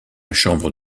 chambre